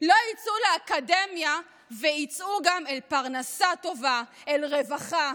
לא יצאו לאקדמיה ויצאו גם לפרנסה טובה, לרווחה,